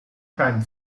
crime